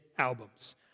Albums